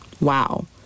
Wow